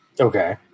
Okay